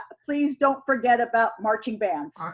ah please don't forget about marching bands.